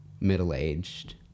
middle-aged